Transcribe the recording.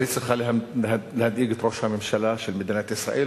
אבל היא צריכה להדאיג את ראש הממשלה של מדינת ישראל,